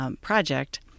project